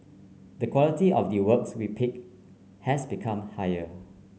the quality of the works we pick has become higher